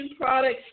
products